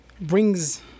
brings